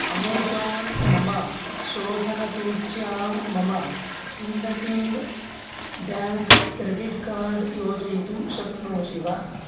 Amazon मम शोधनसूच्यां मम इण्डसिण्ड् बेङ्क् क्रेडिट् कार्ड् योजयितुं शक्नोषि वा